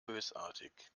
bösartig